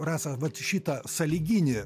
rasa vat šitą sąlyginį